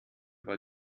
war